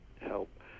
help